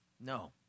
No